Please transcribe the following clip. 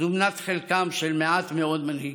היא מנת חלקם של מעט מאוד מנהיגים.